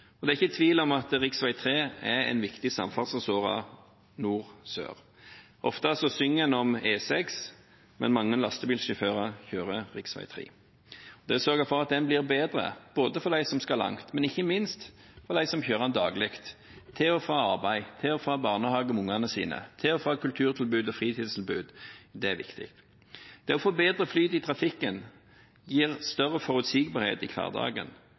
Det er ikke tvil om at rv. 3 er en viktig samferdselsåre nord–sør. Ofte synger man om E6, men mange lastebilsjåfører kjører rv. 3. Det å sørge for at den blir bedre, både for dem som skal langt, og – ikke minst – for dem som kjører den daglig, til og fra arbeid, til og fra barnehage med ungene sine, til og fra kulturtilbud og fritidstilbud, er viktig. Det å få bedre flyt i trafikken gir større forutsigbarhet i hverdagen.